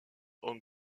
ont